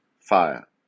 fire